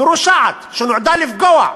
מרושעת, שנועדה לפגוע.